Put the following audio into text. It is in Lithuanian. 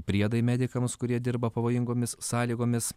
priedai medikams kurie dirba pavojingomis sąlygomis